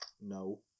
No